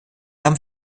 haben